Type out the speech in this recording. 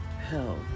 Hell